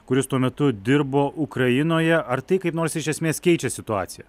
kuris tuo metu dirbo ukrainoje ar tai kaip nors iš esmės keičia situaciją